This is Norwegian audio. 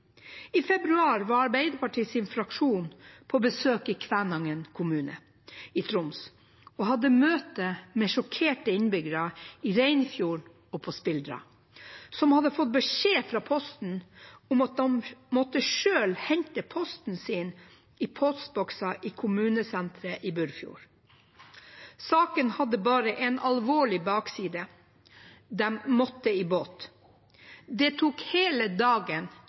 I februar var Arbeiderpartiets fraksjon på besøk i Kvænangen kommune i Troms og hadde møte med sjokkerte innbyggere i Reinfjorden og på Spildra, som hadde fått beskjed fra Posten om at de selv måtte hente posten sin i postbokser i kommunesenteret i Burfjord. Saken hadde bare en alvorlig bakside: De måtte i båt. Det tok hele dagen